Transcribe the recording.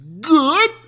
good